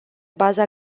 baza